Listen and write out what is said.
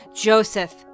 Joseph